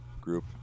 group